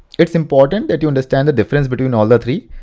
it's important that you understand the difference between all the three.